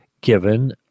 given